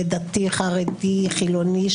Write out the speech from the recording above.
דתי-חרדי-חילוני,